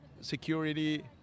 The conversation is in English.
security